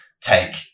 take